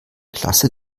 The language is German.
klasse